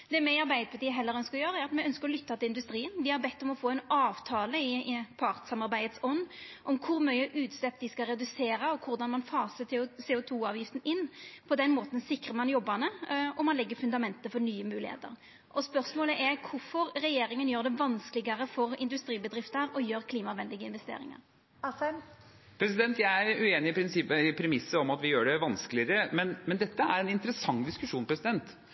Det me i Arbeidarpartiet heller ønskjer at me skal gjera, er å lytta til industrien. Me har bedt om å få ein avtale i partssamarbeidets ånd om kor mykje me skal redusera utsleppa, og korleis ein fasar CO2-avgifta inn. På den måten sikrar ein jobbane og legg fundamentet for nye moglegheiter. Spørsmålet er kvifor regjeringa gjer det vanskelegare for industribedrifter å gjera klimavenlege investeringar. Jeg er uenig i premisset at vi gjør det vanskeligere, men dette er en interessant diskusjon.